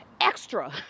extra